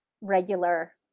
regular